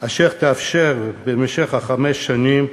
אשר תאפשר, במשך חמש שנים,